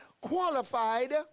qualified